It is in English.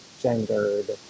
gendered